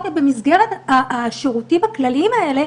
במסגרת השירותים הכלליים האלה,